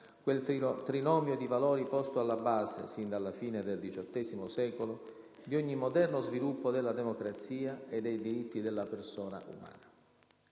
quel trinomio di valori posto alla base, sin dalla fine del XVIII secolo, di ogni moderno sviluppo della democrazia e dei diritti della persona umana.